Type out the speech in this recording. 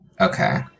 Okay